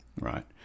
right